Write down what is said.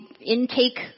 intake